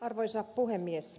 arvoisa puhemies